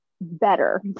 better